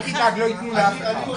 אל תדאג, לא יתנו לאף אחד.